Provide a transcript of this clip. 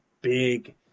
big